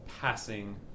passing